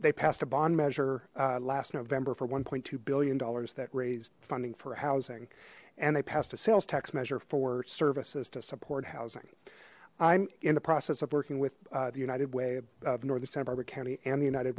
they passed a bond measure last november for one two billion dollars that raised funding for housing and they passed a sales tax measure for services to support housing i'm in the process of working with the united way of northern santa barbara county and the united